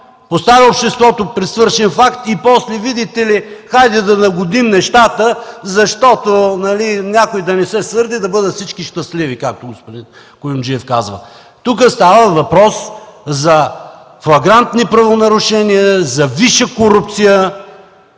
поставя обществото пред свършен факт и после, видите ли, хайде да нагодим нещата, за да не се сърди някой и бъдат всички щастливи, както каза господин Куюмджиев. Тук става въпрос за флагрантни нарушения, за висша корупция.